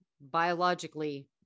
biologically